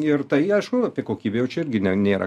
ir tai aišku apie kokybę jau čia irgi ne nėra